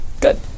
Good